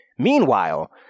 Meanwhile